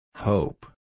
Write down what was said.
Hope